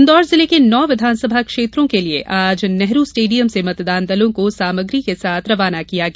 इंदौर जिले के नौ विधानसभा क्षेत्रों के लिए आज इंदौर के नेहरू स्टेडियम से मतदान दलों को सामग्री के साथ रवाना किया गया